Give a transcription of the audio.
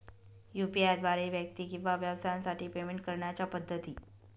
UPI द्वारे व्यक्ती किंवा व्यवसायांसाठी पेमेंट करण्याच्या पद्धती